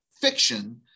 fiction